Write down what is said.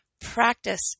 Practice